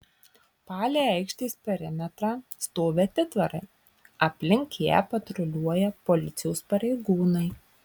palei aikštės perimetrą stovi atitvarai aplink ją patruliuoja policijos pareigūnai